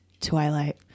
Twilight